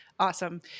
awesome